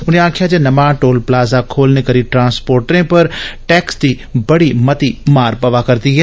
उनें आक्खेआ जे नमां टोल प्लाजा खोलने करी ट्रांसपोटरें पर टैक्स दी बड़ी मती मार पोआ करदी ऐ